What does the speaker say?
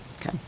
Okay